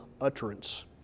utterance